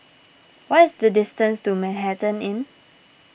what is the distance to Manhattan Inn